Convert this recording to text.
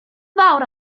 fawr